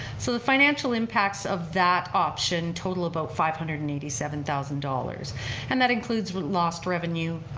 so the financial impacts of that option total about five hundred and eighty seven thousand dollars and that includes lost revenue,